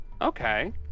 Okay